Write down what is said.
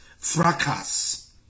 Fracas